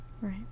Right